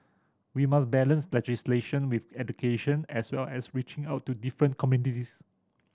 we must balance legislation with education as well as reaching out to different